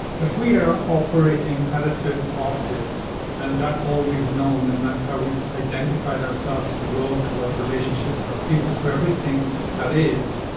if we are all operating at a certain octave and that's all we've known and that's how we've identified ourself to the world, to our relationship, to our people, to everything that is.